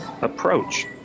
Approach